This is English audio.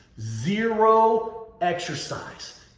zero exercise.